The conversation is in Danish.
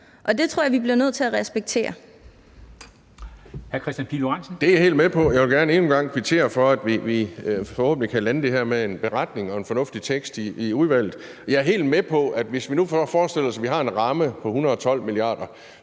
10:59 Kristian Pihl Lorentzen (V): Det er jeg helt med på. Jeg vil gerne endnu en gang kvittere for, at vi forhåbentlig kan lande det her med en beretning og en fornuftig tekst i udvalget. Jeg er helt med på, at hvis vi nu forestiller os, at vi har en ramme på 112 mia. kr.,